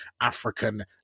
African